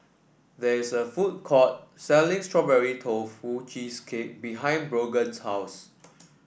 there is a food court selling Strawberry Tofu Cheesecake behind Brogan's house